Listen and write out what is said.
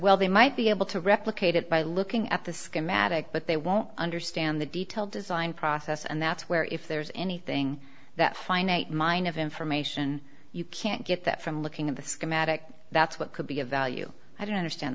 well they might be able to replicate it by looking at the schematic but they won't understand the detailed design process and that's where if there's anything that finite mine of information you can't get that from looking at the schematic that's what could be of value i don't understand